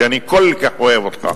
שאני כל כך אוהב אותך,